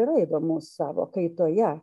yra įdomus savo kaitoje